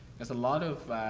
there's a lot of,